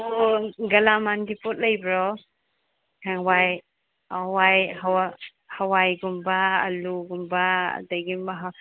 ꯎꯝ ꯒꯥꯂꯥꯃꯥꯟꯒꯤ ꯄꯣꯠ ꯂꯩꯕ꯭ꯔꯣ ꯍꯥꯋꯥꯏꯒꯨꯝꯕ ꯑꯂꯨꯒꯨꯝꯕ ꯑꯗꯒꯤ